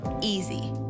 Easy